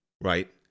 right